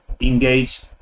engage